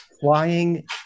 Flying